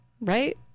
right